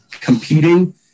competing